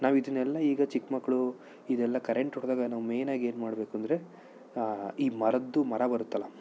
ನಾವಿದನ್ನೆಲ್ಲ ಈಗ ಚಿಕ್ಕ ಮಕ್ಳು ಇದೆಲ್ಲ ಕರೆಂಟ್ ಹೊಡೆದಾಗ ನಾವು ಮೇನಾಗಿ ಏನು ಮಾಡಬೇಕು ಅಂದರೆ ಈ ಮರದ್ದು ಮರ ಬರುತ್ತೆಲ್ಲ